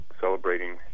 Celebrating